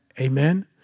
Amen